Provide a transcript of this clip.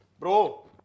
bro